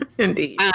indeed